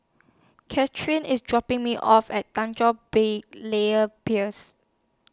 Cathryn IS dropping Me off At Tanjong Berlayer Piers